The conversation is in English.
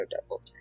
double